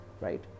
Right